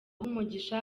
umugisha